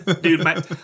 Dude